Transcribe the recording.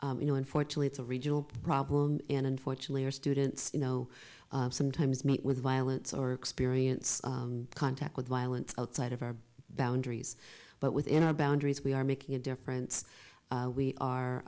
berkeley you know unfortunately it's a regional problem and unfortunately our students you know sometimes meet with violence or experience contact with violence outside of our boundaries but within our boundaries we are making a difference we are